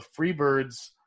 Freebirds